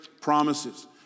promises